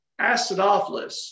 acidophilus